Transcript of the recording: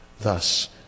thus